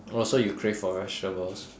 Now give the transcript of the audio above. oh so you crave for vegetables